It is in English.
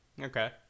Okay